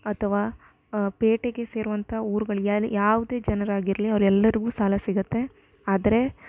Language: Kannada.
ಅಥವಾ ಪೇಟೆಗೆ ಸೇರುವಂಥ ಊರುಗಳು ಯಾವುದೇ ಜನರಾಗಿರಲಿ ಅವ್ರು ಎಲ್ಲರಿಗೂ ಸಾಲ ಸಿಗುತ್ತೆ ಆದರೆ